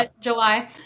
July